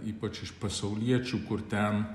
ypač iš pasauliečių kur ten